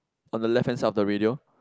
on the left hand side of the radio